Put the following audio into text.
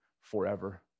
forever